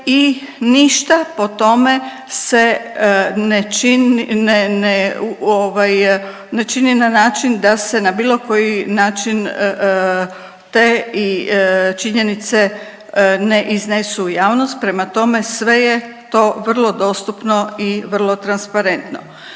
ne, ne ovaj, ne čini na način da se na bilo koji način te i činjenice ne iznesu u javnost, prema tome, sve je to vrlo dostupno i vrlo transparentno.